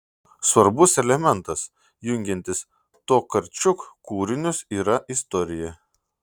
svarbus elementas jungiantis tokarčuk kūrinius yra istorija